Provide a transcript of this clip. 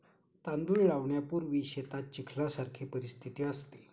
तांदूळ लावणीपूर्वी शेतात चिखलासारखी परिस्थिती असते